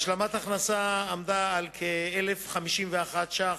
השלמת הכנסה עמדה על כ-1,051 שקלים,